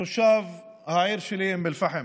תושב העיר שלי, אום אל-פחם.